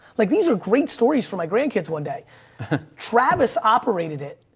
like these are great stories for my grandkids. one day travis operated it,